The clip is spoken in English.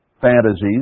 fantasies